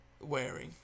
wearing